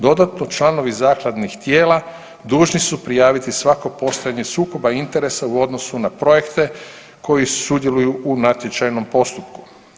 Dodatno članovi zakladnih tijela dužni su prijaviti svako postojanje sukoba interesa u odnosu na projekte koji sudjeluju u natječajnom postupku.